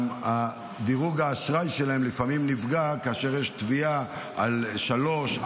גם דירוג האשראי שלהם לפעמים נפגע כאשר יש תביעה על 3,